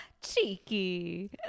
Cheeky